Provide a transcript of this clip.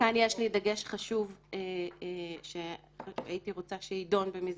וכאן יש לי דגש חשוב שהייתי רוצה שיידון במסגרת